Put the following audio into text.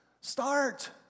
start